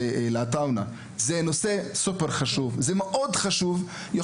זה נושא מאוד חשוב וצריך לטפל בו,